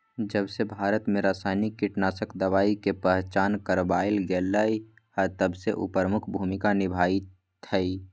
जबसे भारत में रसायनिक कीटनाशक दवाई के पहचान करावल गएल है तबसे उ प्रमुख भूमिका निभाई थई